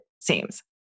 seems